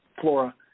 flora